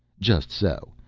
just so.